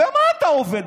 במה אתה עובד?